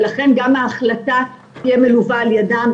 ולכן גם ההחלטה תהיה מלווה על ידם.